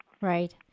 Right